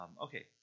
Okay